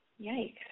Yikes